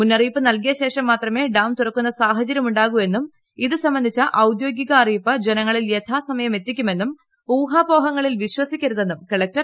മുന്നറിയിപ്പ് നൽകിയ ശേഷം മാത്രമേ ഡാം തുറക്കുന്ന സാഹചര്യമുണ്ടാകൂ എന്നും ഇതുസംബന്ധിച്ച ഔദ്യോഗിക അറിയിപ്പ് ജനങ്ങളിൽ യഥാസമയം എത്തിക്കുമെന്നും ഊഹാപോഹങ്ങളിൽ വിശ്വസിക്കരുതെന്നും കളക്ടർ വൃക്തമാക്കി